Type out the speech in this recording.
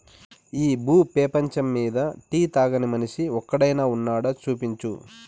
ఈ భూ పేపంచమ్మీద టీ తాగని మనిషి ఒక్కడైనా వున్నాడా, చూపించు